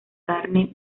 carne